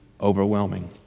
overwhelming